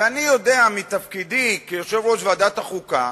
ואני יודע, מתפקידי כיושב-ראש ועדת החוקה,